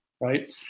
Right